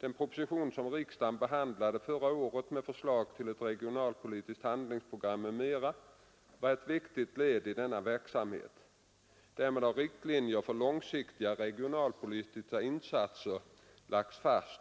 Den proposition som riksdagen Nr 44 behandlade förra året med förslag till ett regionalpolitiskt handlingspro Torsdagen den gram m.m. var ett viktigt led i denna verksamhet. Därmed har 15 mars 1973 riktlinjerna för långsiktiga regionalpolitiska insatser lagts fast.